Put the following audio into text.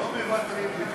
לא מוותרים בקלות.